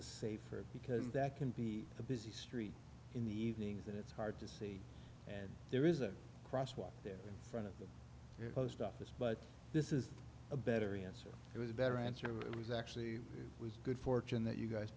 a safer because that can be a busy street in the evenings that it's hard to see and there is a crosswalk there in front of the post office but this is a better answer it was a better answer it was actually was good fortune that you guys